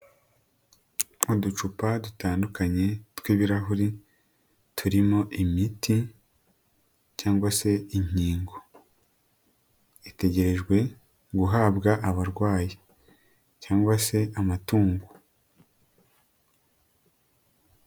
Uducupa dutandukanye tw'ibirahuri, turimo imiti cyangwa se inkingo, itegerejwe guhabwa abarwayi cyangwa se amatungo.